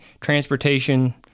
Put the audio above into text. transportation